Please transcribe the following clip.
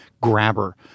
grabber